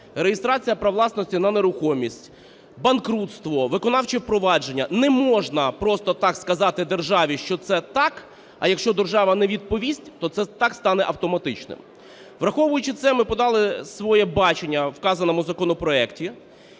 Реєстрація прав власності на нерухомість, банкрутство, виконавче провадження. Не можна просто так сказати державі, що це так, а якщо держава не відповість, то це так стане автоматично. Враховуючи це, ми подали своє бачення у вказаному законопроекті.